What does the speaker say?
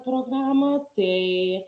programą tai